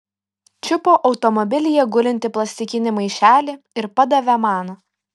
čiupo automobilyje gulintį plastikinį maišelį ir padavė man